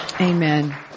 Amen